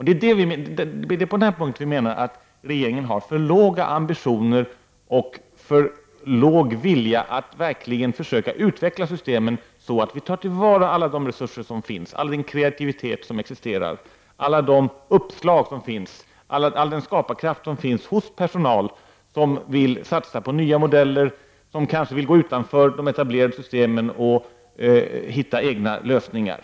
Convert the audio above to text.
Det är på den punkten som vi menar att regeringen har för små ambitioner och för liten vilja att verkligen försöka utveckla systemen så att vi tar till vara alla de resurser som finns, all den kreativitet som existerar, alla de uppslag som finns och all den skaparkraft som finns hos personal som vill satsa på nya modeller och som kanske vill gå utanför de etablerade systemen och hitta egna lösningar.